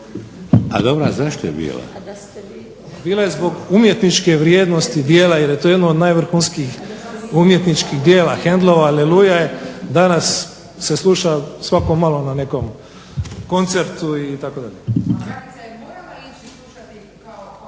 Frano (HDZ)** Bila je zbog umjetničke vrijednosti djela, jer je to jedno od najvrhunskijih umjetničkih djela, Haendelova "Aleluja" je danas se sluša svako malo na nekom koncertu itd.